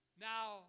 Now